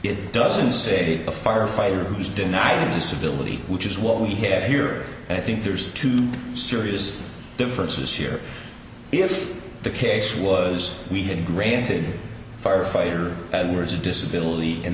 it doesn't say a firefighter is denied disability which is what we have here and i think there's two serious differences here if the case was we had granted firefighter words a disability and